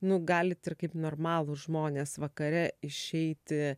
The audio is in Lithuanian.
nu galit ir kaip normalūs žmonės vakare išeiti